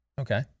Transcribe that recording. Okay